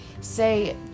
Say